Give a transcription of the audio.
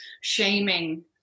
shaming